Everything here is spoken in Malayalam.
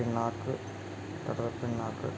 പിണ്ണാക്ക് കടലപ്പിണ്ണാക്ക്